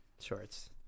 shorts